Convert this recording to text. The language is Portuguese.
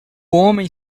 homem